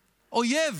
אויב,